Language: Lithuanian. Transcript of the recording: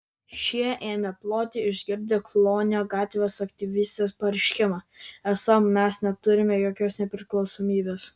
šie ėmė ploti išgirdę klonio gatvės aktyvistės pareiškimą esą mes neturime jokios nepriklausomybės